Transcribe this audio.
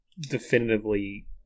definitively